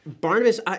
Barnabas